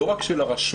לא רק של הרשות,